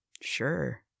Sure